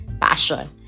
passion